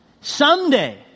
Someday